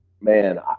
man